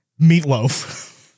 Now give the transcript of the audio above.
Meatloaf